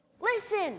Listen